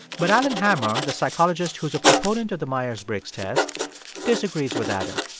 but allen hammer, the psychologist who is a proponent of the myers-briggs test disagrees with that him.